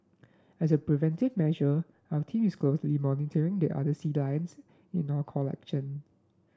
as a preventive measure our team is closely monitoring the other sea lions in our collection